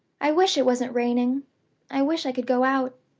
i wish it wasn't raining i wish i could go out.